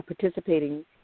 participating